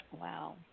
Wow